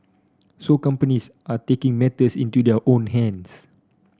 so companies are taking matters into their own hands